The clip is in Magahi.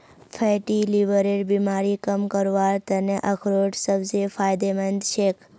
फैटी लीवरेर बीमारी कम करवार त न अखरोट सबस फायदेमंद छेक